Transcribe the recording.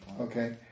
Okay